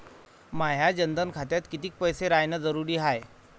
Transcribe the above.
माया जनधन खात्यात कितीक पैसे रायन जरुरी हाय?